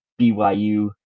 BYU